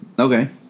Okay